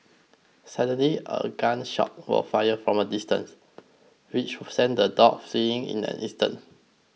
suddenly a gun shot was fired from a distance which sent the dogs fleeing in an instant